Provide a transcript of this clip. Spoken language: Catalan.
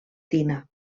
tina